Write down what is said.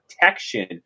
protection